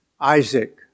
Isaac